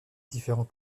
différents